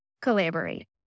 collaborate